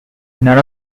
none